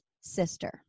sister